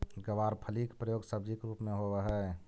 गवारफली के प्रयोग सब्जी के रूप में होवऽ हइ